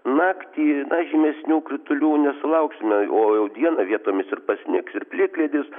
naktį žymesnių kritulių nesulauksime o jau dieną vietomis ir pasnigs ir plikledis